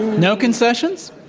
no concessions?